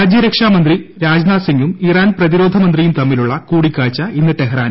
രാജ്യരക്ഷാ മന്ത്രി രാജ്നാഥ് സിംഗും ഇറാൻ പ്രതിരോധ മന്ത്രിയും തമ്മിലുള്ള കൂടിക്കാഴ്ച ഇന്ന് ടെഹ്റാനിൽ